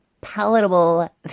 palatable